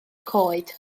coed